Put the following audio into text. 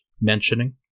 mentioning